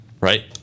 right